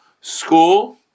school